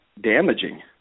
damaging